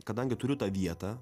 kadangi turiu tą vietą